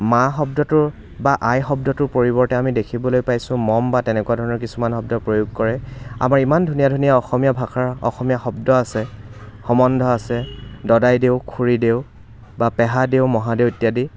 মা শব্দটোৰ বা আই শব্দটোৰ পৰিৱৰ্তে আমি দেখিবলৈ পাইছোঁ মম বা তেনেকুৱা ধৰণৰ কিছুমান শব্দ প্ৰয়োগ কৰে আমাৰ ইমান ধুনীয়া ধুনীয়া অসমীয়া ভাষাৰ অসমীয়া শব্দ আছে সমন্ধ আছে দদাইদেউ খুৰীদেউ বা পেহাদেউ মহাদেউ ইত্যাদি